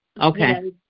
Okay